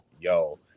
yo